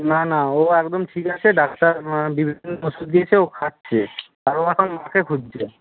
না না ও একদম ঠিক আছে ডাক্তার বিভিন্ন রকম ওষুধ দিয়েছে ও খাচ্ছে আর ও এখন মাকে খুঁজছে